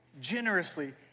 generously